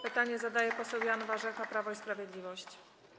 Pytanie zadaje poseł Jan Warzecha, Prawo i Sprawiedliwość.